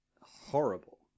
horrible